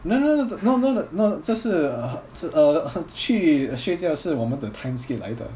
no no no no no no 这是 uh 去睡觉是我们的 time skip 来的